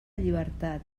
llibertat